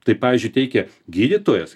tai pavyzdžiui teikia gydytojas